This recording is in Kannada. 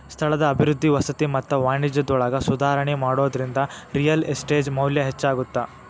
ಸ್ಥಳದ ಅಭಿವೃದ್ಧಿ ವಸತಿ ಮತ್ತ ವಾಣಿಜ್ಯದೊಳಗ ಸುಧಾರಣಿ ಮಾಡೋದ್ರಿಂದ ರಿಯಲ್ ಎಸ್ಟೇಟ್ ಮೌಲ್ಯ ಹೆಚ್ಚಾಗತ್ತ